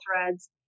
threads